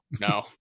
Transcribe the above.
No